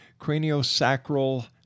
craniosacral